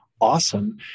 awesome